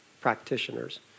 practitioners